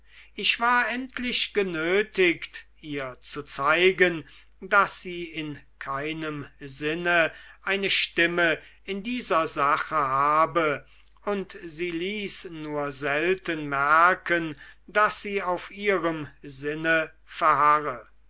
ich war endlich genötigt ihr zu zeigen daß sie in keinem sinne eine stimme in dieser sache habe und sie ließ nur selten merken daß sie auf ihrem sinne verharre